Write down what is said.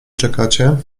czekacie